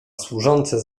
służące